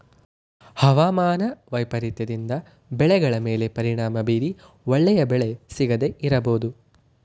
ಅವಮಾನ ವೈಪರೀತ್ಯದಿಂದ ಬೆಳೆಗಳ ಮೇಲೆ ಪರಿಣಾಮ ಬೀರಿ ಒಳ್ಳೆಯ ಬೆಲೆ ಸಿಗದೇ ಇರಬೋದು